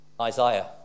Isaiah